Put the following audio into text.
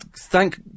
thank